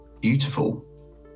beautiful